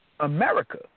America